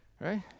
right